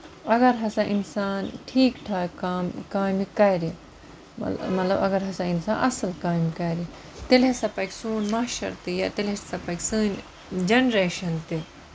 اَگر ہسا اِنسان ٹھیٖک ٹھاکھ کام کامہِ کرِ مطلب اَگر ہسا اِنسان اَصٕل کامہِ کرِ تیٚلہِ ہسا پَکہِ سوٚن معاشر تہِ تیٚلہِ ہسا پَکہِ سٲنۍ جینریشن تہِ